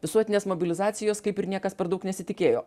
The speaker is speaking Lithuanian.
visuotinės mobilizacijos kaip ir niekas per daug nesitikėjo